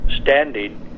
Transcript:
standing